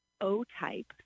O-type